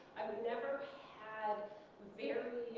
i've never had very